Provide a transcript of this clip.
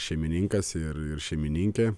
šeimininkas ir ir šeimininkė